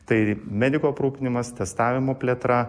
tai medikų aprūpinimas testavimo plėtra